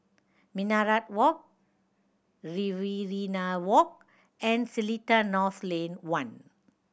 Minaret Walk Riverina Walk and Seletar North Lane One